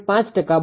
5 ટકા બદલાય છે